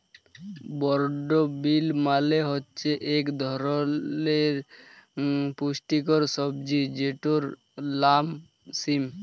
বরড বিল মালে হছে ইক ধরলের পুস্টিকর সবজি যেটর লাম সিম